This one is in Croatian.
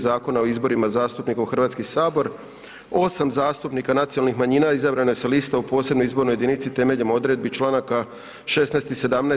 Zakona o izborima zastupnika u Hrvatski sabor, 8 zastupnika nacionalnih manjina izabrano je sa liste u posebnoj izbornoj jedinici temeljem odredbi Članaka 16. i 17.